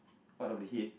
part of the head